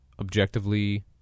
objectively